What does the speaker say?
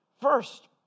First